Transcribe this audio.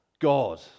God